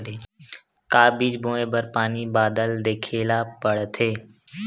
का बीज बोय बर पानी बादल देखेला पड़थे?